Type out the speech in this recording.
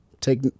take